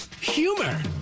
Humor